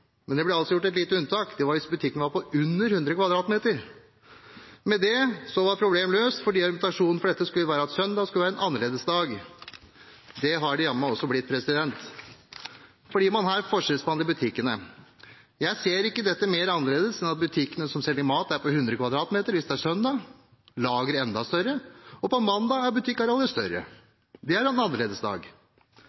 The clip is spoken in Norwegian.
Men det ble altså gjort et lite unntak, det var hvis butikkene var på under 100 m2. Med det var problemet løst, fordi argumentasjonene for dette skulle være at søndag skulle være en annerledesdag. Det har det jammen meg også blitt, fordi man her forskjellsbehandler butikkene. Jeg ser ikke dette som mer annerledes enn at butikkene som selger mat, er på 100 m2 hvis det er søndag, lageret enda større, og på mandag er butikkarealet større.